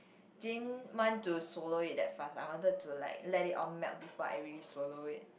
didn't want to swallow it that fast I wanted to like let it all melt before I really swallow it